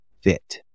fit